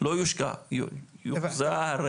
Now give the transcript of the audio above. לא יושקע, יוחזר?